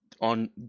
on